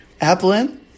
Applin